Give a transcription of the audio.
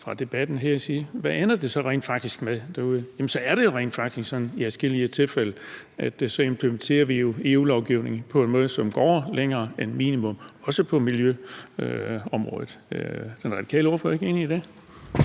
fra debatten her og ser på, hvad det så rent faktisk ender med derude, er det rent faktisk i adskillige tilfælde sådan, at vi implementerer EU-lovgivning på en måde, som går længere end minimum, også på miljøområdet? Er den radikale ordfører ikke enig i det?